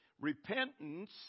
Repentance